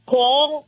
Call